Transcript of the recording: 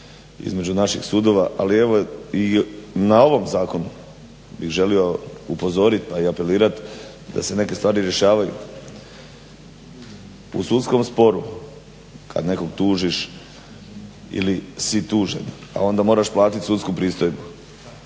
između naših sudova. Ali evo i na ovom zakonu bih želio upozoriti, pa i apelirati da se neke stvari rješavaju. U sudskom sporu kad nekog tužiš ili si tužen, pa onda moraš platit sudsku pristojbu.